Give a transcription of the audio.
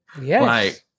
Yes